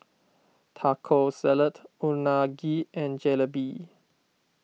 Taco Salad Unagi and Jalebi